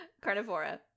Carnivora